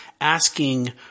asking